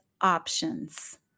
options